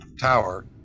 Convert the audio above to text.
tower